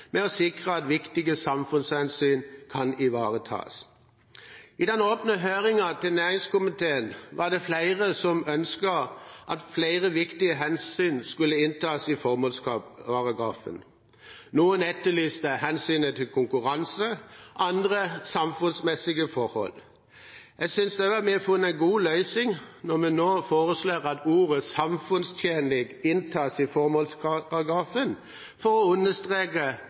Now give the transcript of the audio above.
med å sikre at viktige samfunnshensyn kan ivaretas. I den åpne høringen til næringskomiteen var det flere som ønsket at flere viktige hensyn skulle inntas i formålsparagrafen. Noen etterlyste hensynet til konkurranse, andre samfunnsmessige forhold. Jeg synes vi har funnet en god løsning når vi nå foreslår at ordet «samfunnstjenlig» inntas i formålsparagrafen, for å understreke